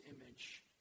image